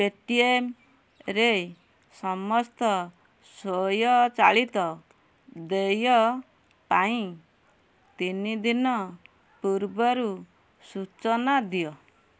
ପେଟିଏମରେ ସମସ୍ତ ସ୍ୱୟଚାଳିତ ଦେୟ ପାଇଁ ତିନିଦିନ ପୂର୍ବରୁ ସୂଚନା ଦିଅ